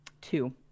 Two